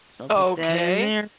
Okay